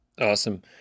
Awesome